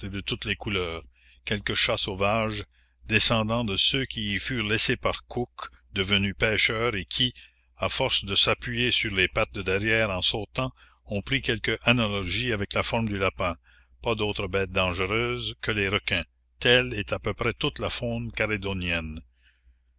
de toutes les couleurs quelques chats sauvages descendants de ceux qui y furent laissés par cook devenus pêcheurs et qui à force de s'appuyer sur les pattes de derrière en sautant ont pris quelque analogie avec la forme du lapin pas d'autres bêtes dangereuses que les requins telle est à peu près toute la faune calédonienne